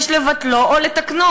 יש לבטלו או לתקנו,